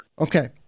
Okay